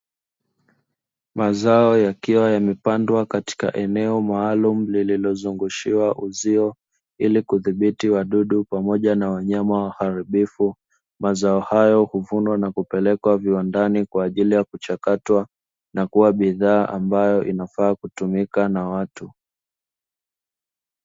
Mazao yakiwa yamepandwa katika eneo maalumu lililozunguzishiwa uzio ili kudhibiti wadudu pamoja na wanyama waharibifu, mazao hayo huvunwa na kupelekwa viwandani kwa ajili yakuchakatwa, na kuwa bidhaa ambayo inafaa kutumika na watu.